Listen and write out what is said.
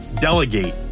Delegate